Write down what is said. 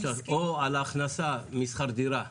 או על הכנסה משכר דירה,